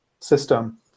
System